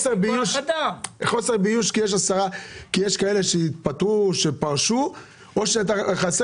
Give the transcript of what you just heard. חוסר באיוש כי יש כאלה שהתפטרו או שפרשו או שחסר